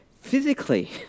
physically